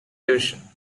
division